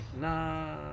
Nah